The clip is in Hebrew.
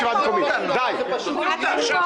בכיינים כשהיינו באופוזיציה.